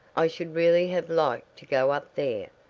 i should really have liked to go up there.